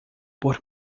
por